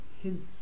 hints